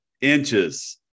inches